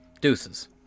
Deuces